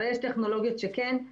אבל יש טכנולוגיות שכן.